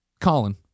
Colin